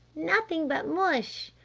nothing but mush!